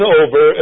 over